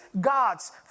God's